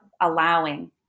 allowing